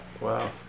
Wow